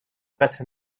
better